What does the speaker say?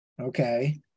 Okay